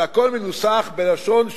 זה הכול מנוסח בלשון של: